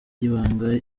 y’ibanga